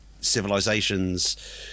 civilizations